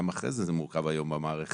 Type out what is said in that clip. גם אחרי זה זה מורכב היום במערכת,